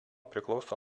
priklauso